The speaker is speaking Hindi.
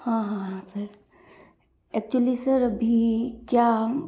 हाँ हाँ हाँ सर एक्चुअली सर अभी क्या हम